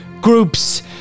groups